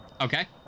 Okay